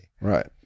Right